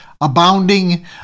abounding